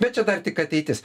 bet čia dar tik ateitis